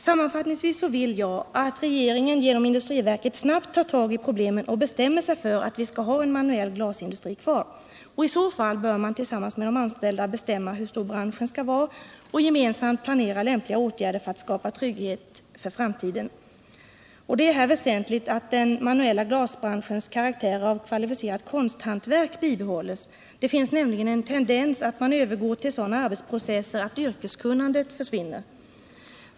Sammanfattningsvis vill jag att regeringen genom industriverket snabbt tar tag i problemen och bestämmer sig för att vi skall ha manuell glasindustri kvar. I så fall bör man tillsammans med de anställda bestämma hur stor branschen skall vara och gemensamt planera lämpliga åtgärder för att skapa trygghet för framtiden. Det är här väsentligt att den manuella glasbranschens karaktär av kvalificerat konsthantverk bibehålls. Det finns nämligen en tendens att man övergår till sådana arbetsprocesser som gör att yrkeskunnandet försvinner.